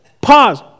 Pause